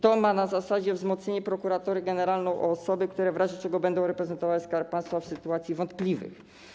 To ma w zasadzie na celu wzmocnienie Prokuratorii Generalnej o osoby, które w razie czego będą reprezentować Skarb Państwa w sytuacjach wątpliwych.